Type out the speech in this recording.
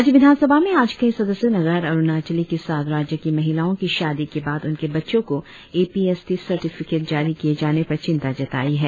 राज्य विधानसभा में आज कई सदस्यों ने गैर अरुणाचली के साथ राज्य की महिलाओं की शादी के बाद उनके बच्चों को A P S T certificate जारी किए जाने पर चिंता जताई है